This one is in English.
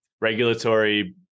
regulatory